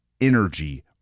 energy